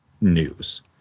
news